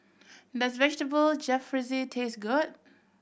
does Vegetable Jalfrezi taste good